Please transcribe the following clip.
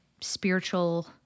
spiritual